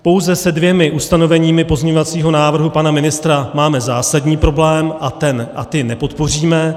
Pouze se dvěma ustanoveními pozměňovacího návrhu pana ministra máme zásadní problém a ta nepodpoříme.